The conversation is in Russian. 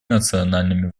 национальными